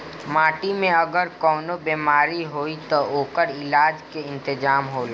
माटी में अगर कवनो बेमारी होई त ओकर इलाज के इंतजाम होला